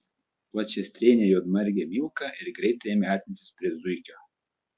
plačiastrėnė juodmargė milka ir greitai ėmė artintis prie zuikio